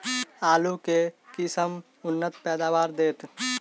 आलु केँ के किसिम उन्नत पैदावार देत?